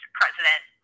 president